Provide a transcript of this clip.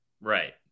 right